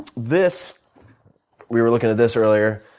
this we were looking at this earlier.